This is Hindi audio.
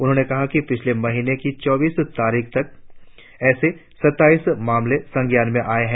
उन्होंने कहा कि पिछले महीने की चौबीस तारीख तक ऐसे सत्ताईस मामले संज्ञान में आए हैं